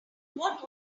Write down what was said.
what